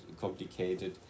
complicated